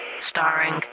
starring